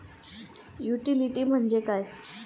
Utility म्हणजे काय?